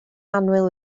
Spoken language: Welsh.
annwyl